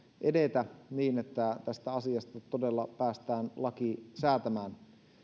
edetä niin että tästä asiasta todella päästään laki säätämään